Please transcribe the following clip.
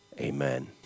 Amen